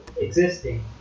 existing